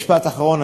משפט אחרון,